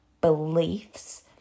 beliefs